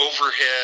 overhead